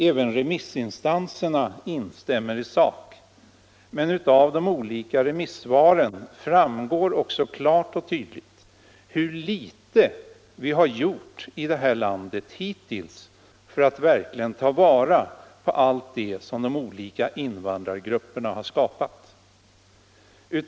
Även remissinstanserna instämmer i sak, men av de olika remissvaren framgår också klart och tydligt hur litet vi hittills har gjort i det här landet för att ta vara på det kulturarv som de olika invandrargrupperna har skapat.